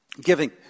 Giving